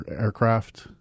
aircraft